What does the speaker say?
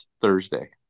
Thursday